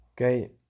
Okay